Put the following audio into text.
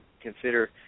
consider